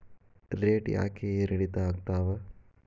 Rate ಯಾಕೆ ಏರಿಳಿತ ಆಗ್ತಾವ?